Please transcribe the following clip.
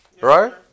Right